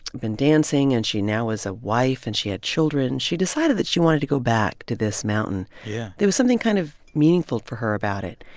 been dancing, and she now was a wife, and she had children, she decided that she wanted to go back to this mountain. yeah there was something kind of meaningful for her about it.